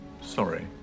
Sorry